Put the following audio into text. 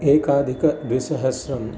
एकाधिकद्विसहस्रम्